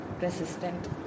resistant